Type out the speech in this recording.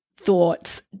thoughts